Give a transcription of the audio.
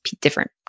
different